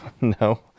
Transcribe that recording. No